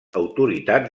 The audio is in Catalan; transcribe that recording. autoritats